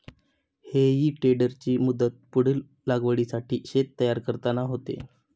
हेई टेडरची मदत पुढील लागवडीसाठी शेत तयार करताना होते